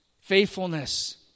faithfulness